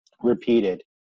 repeated